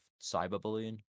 cyberbullying